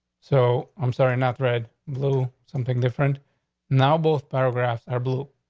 so i'm sorry, not threat little something different now both paragraphs are blue.